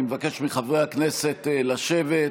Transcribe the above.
אני מבקש מחברי הכנסת לשבת.